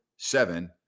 Seven